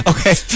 Okay